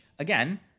Again